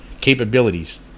capabilities